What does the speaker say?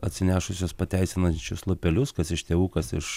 atsinešusios pateisinančius lapelius kas iš tėvų kas iš